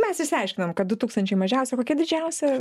mes išsiaiškinom kad du tūkstančiai mažiausia kokia didžiausia